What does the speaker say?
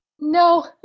No